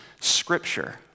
scripture